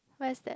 where is that